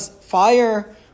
fire